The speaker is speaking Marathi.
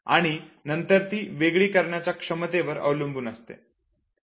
आणि नंतर ती वेगळी करण्याच्या क्षमतेवर अवलंबून असते